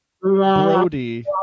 Brody